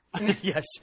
Yes